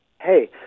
Hey